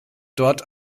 dort